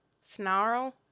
snarl